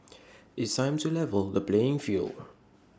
it's time to level the playing field